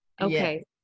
okay